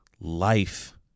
life